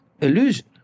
illusion